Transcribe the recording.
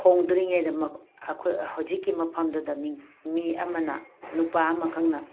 ꯍꯣꯡꯗ꯭ꯔꯤꯉꯩꯗ ꯑꯩꯈꯣꯏ ꯍꯧꯖꯤꯛꯀꯤ ꯃꯐꯝꯗꯨꯗ ꯃꯤ ꯑꯃꯅ ꯅꯨꯄꯥ ꯑꯃꯈꯛꯅ